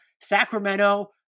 Sacramento